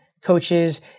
coaches